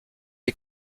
est